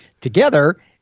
Together